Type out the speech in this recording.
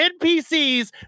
NPCs